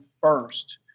First